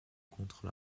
contre